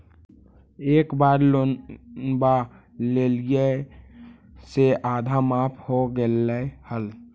एक बार लोनवा लेलियै से आधा माफ हो गेले हल?